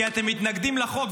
כי אתם מתנגדים לחוק.